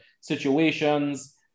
situations